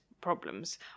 problems